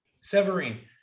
Severine